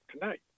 tonight